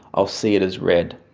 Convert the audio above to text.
i'll see it as red.